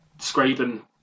scraping